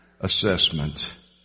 assessment